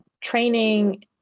training